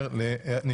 הצבעה ההצעה אושרה.